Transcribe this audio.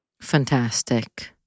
Fantastic